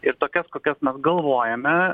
ir tokias kokias mes galvojame